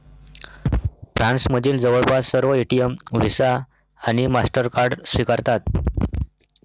फ्रान्समधील जवळपास सर्व एटीएम व्हिसा आणि मास्टरकार्ड स्वीकारतात